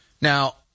now